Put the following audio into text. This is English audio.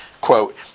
quote